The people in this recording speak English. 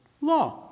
law